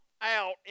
out